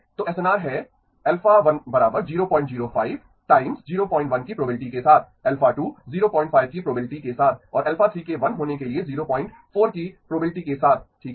तो एसएनआर है α1❑ 005 टाइम्स 01 की प्रोबबिलिटी के साथ α2❑ 05 की प्रोबबिलिटी के साथ और α3 के 1 होने के लिए 04 की प्रोबबिलिटी के साथ ठीक है